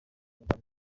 urban